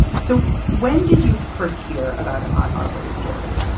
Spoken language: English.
so when did you first hear about not arbitrary story?